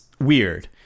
weird